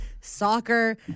soccer